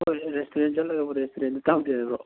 ꯍꯣꯏ ꯔꯦꯁꯇꯨꯔꯅꯦꯠ ꯆꯠꯂꯒꯕꯨ ꯔꯦꯁꯇꯨꯔꯦꯟꯗ ꯌꯥꯎꯗꯦ ꯍꯥꯏꯕ꯭ꯔꯣ